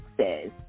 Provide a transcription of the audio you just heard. says